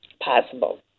possible